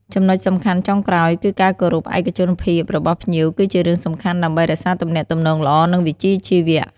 ចំណុចសំខាន់ចុងក្រោយគឺការគោរពឯកជនភាពរបស់ភ្ញៀវ គឺជារឿងសំខាន់ដើម្បីរក្សាទំនាក់ទំនងល្អ និងវិជ្ជាជីវៈ។